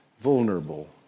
vulnerable